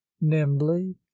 nimbly